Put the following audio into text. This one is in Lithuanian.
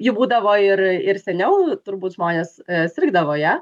ji būdavo ir ir seniau turbūt žmonės sirgdavo ja